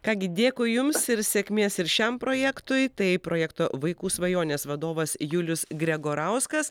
ką gi dėkui jums ir sėkmės ir šiam projektui tai projekto vaikų svajonės vadovas julius gregorauskas